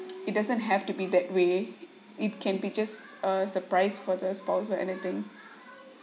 it doesn't have to be that way it can be just a surprise for the spouse or anything